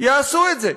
יעשו את זה.